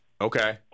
Okay